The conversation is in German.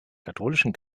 katholischen